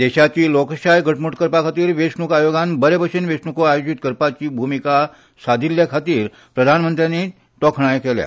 देशाची लोकशाय घटमूट करपा खातीर वेंचणूक आयोगान बरेभशेन वेंचणूको आयोजीत करपाची भूमिका सादिल्ले खातीर प्रधानमंत्र्यांनी तोखणाय केल्या